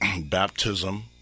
baptism